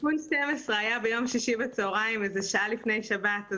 תיקון 12 היה ביום שישי בצוהריים, שעה לפני שבת.